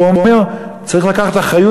הוא אומר: צריך לקחת אחריות,